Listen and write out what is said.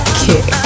kick